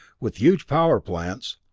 with huge power plants,